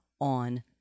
on